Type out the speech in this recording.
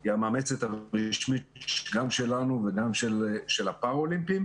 היא המאמצת הרשמית גם שלנו וגם של הפראלימפי.